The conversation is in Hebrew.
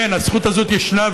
כן, הזכות הזאת ישנה.